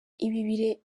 ibi